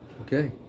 Okay